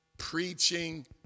preaching